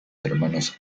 hermanos